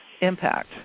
impact